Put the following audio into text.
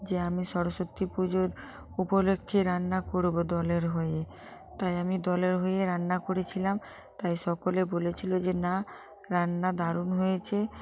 যে আমি সরস্বতী পুজোর উপলক্ষে রান্না করব দলের হয়ে তাই আমি দলের হয়ে রান্না করেছিলাম তাই সকলে বলেছিল যে না রান্না দারুণ হয়েছে